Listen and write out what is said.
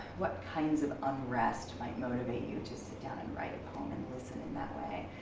what kinds of unrest might motivate you to sit down and write a poem and listen in that way.